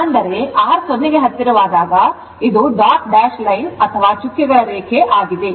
ಅಂದರೆ R 0 ಗೆ ಹತ್ತಿರವಾದಾಗ ಇದು ಡಾಟ್ ಡ್ಯಾಶ್ ಲೈನ್ ಅಥವಾ ಚುಕ್ಕೆಗಳ ರೇಖೆ ಆಗಿದೆ